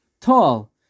tall